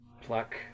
Pluck